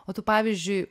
o tu pavyzdžiui